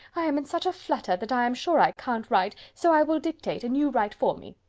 i am in such a flutter, that i am sure i can't write so i will dictate, and you write for me.